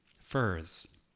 furs